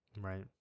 Right